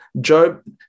Job